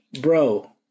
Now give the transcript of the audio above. bro